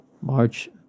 March